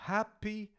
Happy